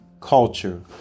culture